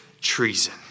treason